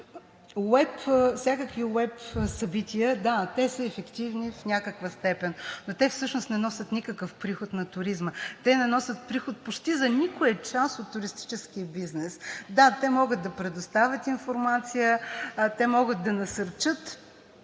всякакви уеб събития – да, те са ефективни в някаква степен, но те всъщност не носят никакъв приход на туризма, почти не носят приход за никоя част от туристическия бизнес. Да, те могат да предоставят информация, те могат да насърчат